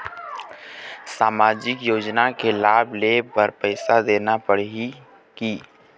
सामाजिक योजना के लाभ लेहे बर पैसा देना पड़ही की?